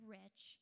rich